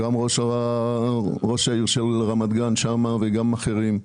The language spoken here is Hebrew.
גם ראש העיר של רמת גן וגם על ידי אחרים,